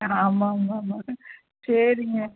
ஆமாம்மாமா சரிங்க